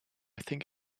think